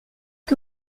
que